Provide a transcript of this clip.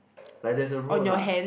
like there's a road lah